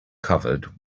covered